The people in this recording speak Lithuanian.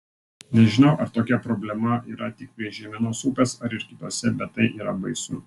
nežinau ar tokia problema yra tik prie žeimenos upės ar ir kitose bet tai yra baisu